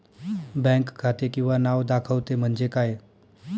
Bank खाते किंवा नाव दाखवते म्हणजे काय?